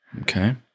Okay